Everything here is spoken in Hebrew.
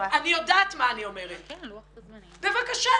בבקשה,